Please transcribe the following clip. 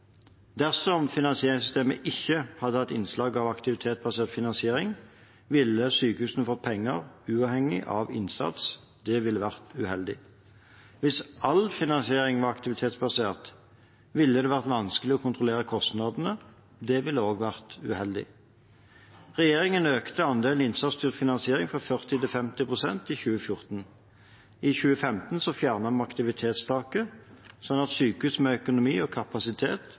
Dersom finansieringssystemet ikke hadde hatt innslag av aktivitetsbasert finansiering, ville sykehusene få penger uavhengig av innsats. Det ville ha vært uheldig. Og hvis all finansiering var aktivitetsbasert, ville det være vanskelig å kontrollere kostnadene. Det ville også ha vært uheldig. Regjeringen økte andelen innsatsstyrt finansiering fra 40 pst. til 50 pst. i 2014. I 2015 fjernet vi aktivitetstaket, slik at sykehus med økonomi og kapasitet